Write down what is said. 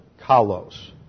kalos